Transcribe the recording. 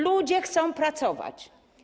Ludzie chcą pracować.